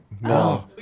No